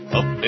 up